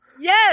Yes